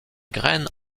graines